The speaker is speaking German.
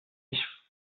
mich